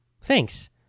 Thanks